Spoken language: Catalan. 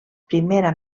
primera